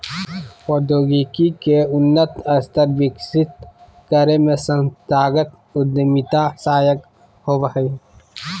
प्रौद्योगिकी के उन्नत स्तर विकसित करे में संस्थागत उद्यमिता सहायक होबो हय